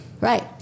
Right